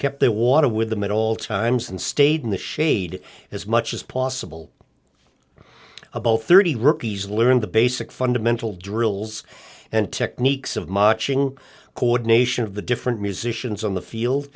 kept their water with the met all times and stayed in the shade as much as possible about thirty rookies learn the basic fundamental drills and techniques of macho co ordination of the different musicians on the field